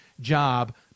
job